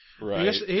Right